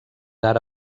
ara